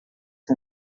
que